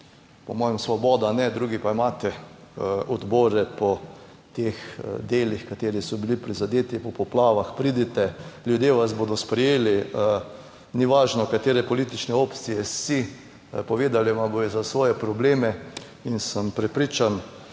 po mojem Svoboda ne, drugi pa imate odbore po teh delih, kateri so bili prizadeti po poplavah. Pridite, ljudje vas bodo sprejeli. Ni važno, katere politične opcije si, povedali vam bodo za svoje probleme in sem prepričan,